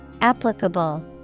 Applicable